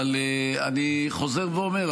אבל אני חוזר ואומר,